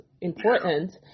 important